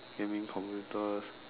gaming computers